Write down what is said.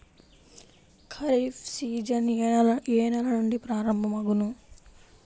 Kharif season ఏ నెల నుండి ప్రారంభం అగును?